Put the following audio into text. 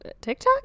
tiktok